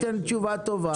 אם תיתן תשובה טובה.